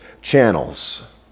channels